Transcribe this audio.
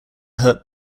hurt